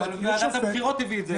אבל ועדת הבחירות הביאה את זה אלינו.